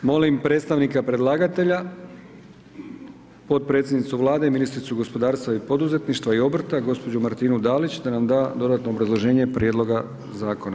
Molim predstavnika predlagatelja potpredsjednicu Vlade i ministricu gospodarstva i poduzetništva i obrta gospođu Martinu Dalić, da nam da dodatno obrazloženje prijedloga zakona.